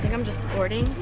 i'm just supporting.